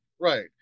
right